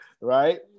right